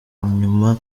inyuma